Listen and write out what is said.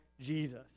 Jesus